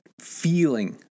feeling